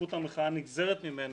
שזכות המחאה נגזרת ממנו,